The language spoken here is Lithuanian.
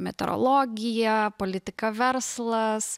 meteorologija politika verslas